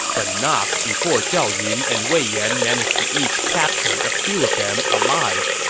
but not before zhao yun and wei yan managed to each capture a few of them alive.